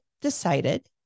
decided